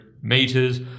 meters